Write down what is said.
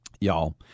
Y'all